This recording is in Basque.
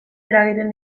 eragiten